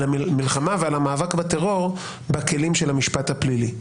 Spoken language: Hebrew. המאבק בטרור זה בכלים של המשפט הפלילי.